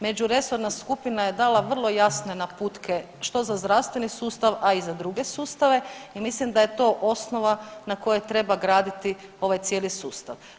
Međuresorna skupina je dala vrlo jasne naputke što za zdravstveni sustav, a i za druge sustave i mislim da je to osnova na kojoj treba graditi ovaj cijeli sustav.